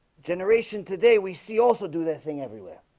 generation today we see also do that thing everywhere